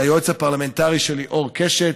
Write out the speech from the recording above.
ליועץ הפרלמנטרי שלי אור קשת,